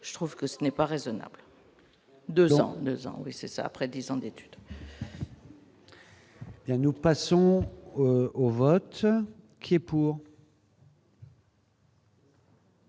je trouve que ce n'est pas raisonnable 2 ans 2 ans oui c'est ça après 10 ans d'études. Et nous passons au vote qui est pour.